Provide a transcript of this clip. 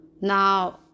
Now